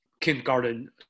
kindergarten